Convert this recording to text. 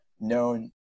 known